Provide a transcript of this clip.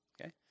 okay